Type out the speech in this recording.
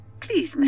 Please